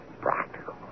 Practical